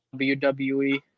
WWE